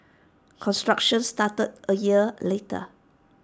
construction started A year later